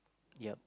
yep